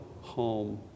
home